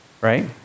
Right